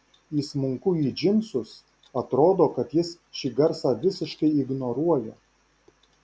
įsmunku į džinsus atrodo kad jis šį garsą visiškai ignoruoja